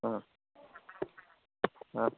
ꯑꯥ ꯑꯥ